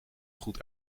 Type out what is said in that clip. goed